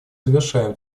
завершаем